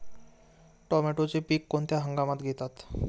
टोमॅटोचे पीक कोणत्या हंगामात घेतात?